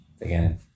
Again